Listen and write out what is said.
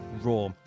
Raw